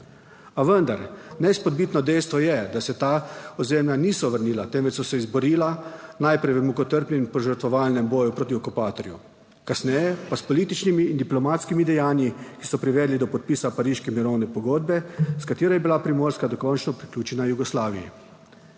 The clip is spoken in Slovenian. A vendar neizpodbitno dejstvo je, da se ta ozemlja niso vrnila, temveč so se izborila, najprej v mukotrpnem, požrtvovalnem boju proti okupatorju, kasneje pa s političnimi in diplomatskimi dejanji, ki so privedli do podpisa pariške mirovne pogodbe, s katero je bila Primorska dokončno priključena Jugoslaviji.